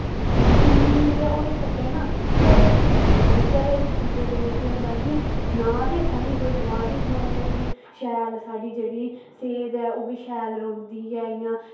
जिन्नी गै होई सकै ना घरै दी चीज खानी घरै दी चीजै कन्नै केह् होंदा कि नां ते असें कोई बमारी शमारी लगदी शैल साढ़ी जेह्ड़ी सेह्त ऐ ओह् बी शैल रौंह्दी ऐ इ'यां